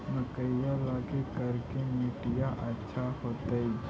मकईया लगी करिकी मिट्टियां अच्छा होतई